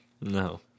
No